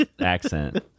accent